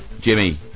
Jimmy